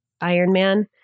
Ironman